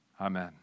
Amen